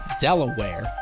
delaware